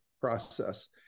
process